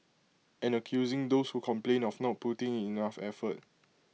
and accusing those who complained of not putting in enough effort